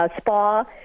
spa